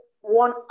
one